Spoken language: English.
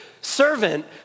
servant